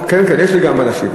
כן, כן, יש לי גם מה להשיב.